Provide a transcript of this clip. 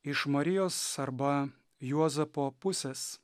iš marijos arba juozapo pusės